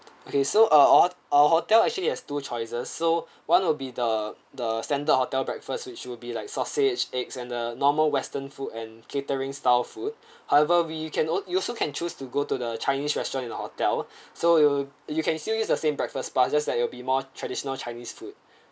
okay so uh all our hotel actually has two choices so one would be the the standard hotel breakfast which will be like sausage eggs and the normal western food and catering style food however we you can you also can choose to go to the chinese restaurant in the hotel so you you can still use the same breakfast but just that it will be more traditional chinese food